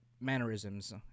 mannerisms